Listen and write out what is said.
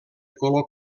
color